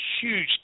huge